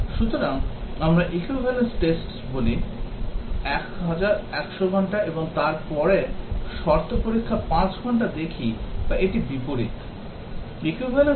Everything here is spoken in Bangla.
সুতরাং আমরা equivalence tests গুলি 100 ঘন্টা এবং তারপরে শর্ত পরীক্ষা 5 ঘন্টা দেখি বা এটি বিপরীত